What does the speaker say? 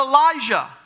Elijah